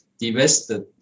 divested